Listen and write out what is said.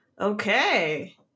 okay